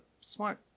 smart